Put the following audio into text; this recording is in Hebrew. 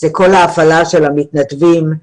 כל ההפעלה של המתנדבים,